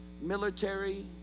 military